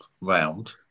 round